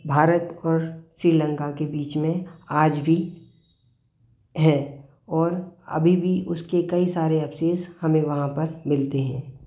भारत और श्रीलंका के बीच में आज भी है और अभी भी उसके कई सारे अवशेष हमें वहाँ पर मिलते हैं